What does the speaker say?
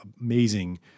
amazing